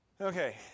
Okay